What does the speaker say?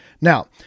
Now